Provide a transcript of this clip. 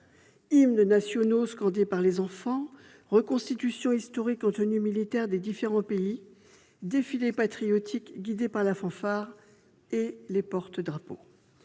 Hymnes nationaux scandés par les enfants, reconstitutions historiques en tenues militaires des différents pays, défilés patriotiques guidés par la fanfare ... et les porte-drapeaux